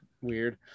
weird